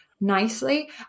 nicely